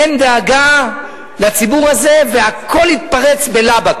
אין דאגה לציבור הזה, והכול התפרץ בלבה.